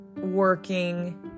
working